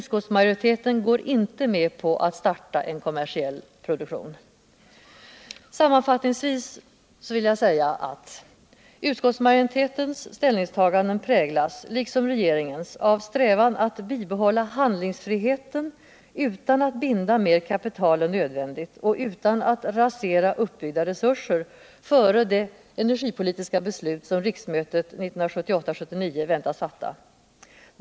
Utskottsmajoriteten går inte med på att starta en kommersiell produktion. Sammanfattningsvis vill jag säga att utskottsmajoritetens ställningstaganden, liksom regeringens. präglas av strävan att bibehålla handlingstfriheten utan att binda mer kapital än nödvändigt och utan att rasera uppbyggda resurser före det energipolitiska beslut som riksmötet 1978/79 väntas fatta.